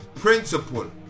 Principle